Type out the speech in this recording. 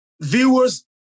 viewers